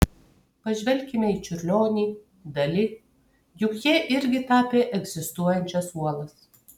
pažvelkime į čiurlionį dali juk jie irgi tapė egzistuojančias uolas